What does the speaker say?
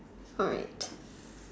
alright